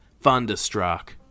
Thunderstruck